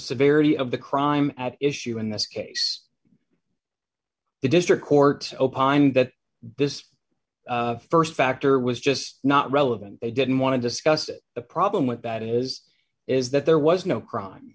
severity of the crime at issue in this case the district court opined that this st factor was just not relevant they didn't want to discuss it the problem with that is is that there was no crime